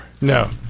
no